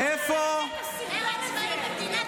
מרד צבאי במדינת ישראל.